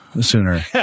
sooner